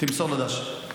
תמסור לו ד"ש.